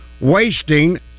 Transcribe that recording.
Wasting